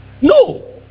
No